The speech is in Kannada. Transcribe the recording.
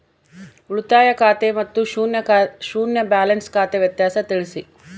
ಉಳಿತಾಯ ಖಾತೆ ಮತ್ತೆ ಶೂನ್ಯ ಬ್ಯಾಲೆನ್ಸ್ ಖಾತೆ ವ್ಯತ್ಯಾಸ ತಿಳಿಸಿ?